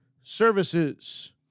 Services